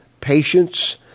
patience